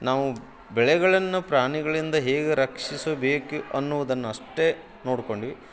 ನಾವು ಬೆಳೆಗಳನ್ನು ಪ್ರಾಣಿಗಳಿಂದ ಹೇಗೆ ರಕ್ಷಿಸಬೇಕು ಅನ್ನುವುದನ್ನಷ್ಟೇ ನೋಡಿಕೊಂಡ್ವಿ